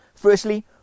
Firstly